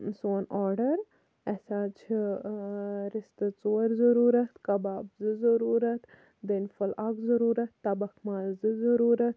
سون آڈَر اَسہِ حظ چھِ رِستہٕ ژور ضوٚروٗرَت کَباب زٕ ضوٚروٗرَت دَنہِ پھوٚل اکھ ضوٚروٗرَت تَبَکھ ماز زٕ ضوٚروٗرَت